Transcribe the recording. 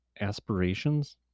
Aspirations